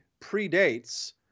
predates